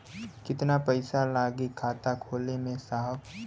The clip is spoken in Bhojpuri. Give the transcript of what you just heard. कितना पइसा लागि खाता खोले में साहब?